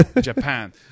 Japan